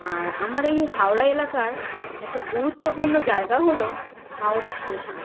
আর আমার এই হাওড়া এলাকার একটা গুরুত্বপূর্ণ জায়গা হলো হাওড়া স্টেশন